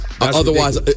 Otherwise